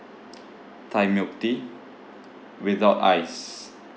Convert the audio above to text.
thai milk tea without ice